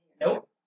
nope